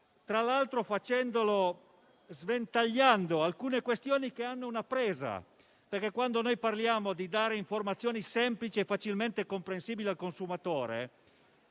tra l'altro sventagliando alcune questioni che hanno una presa. Quando parliamo infatti di dare informazioni semplici e facilmente comprensibili al consumatore,